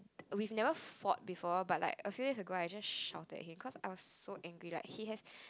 we never fought before but like a few days ago I just shouted him cause I was so angry like he has